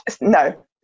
No